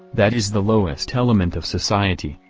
that is the lowest element of society,